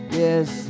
yes